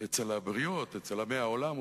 אצל הבריות, אצל עמי העולם.